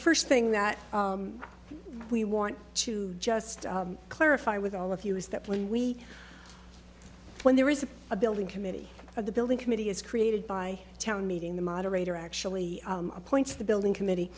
first thing that we want to just clarify with all of you is that when we when there is a building committee of the building committee is created by town meeting the moderator actually appoints the building committee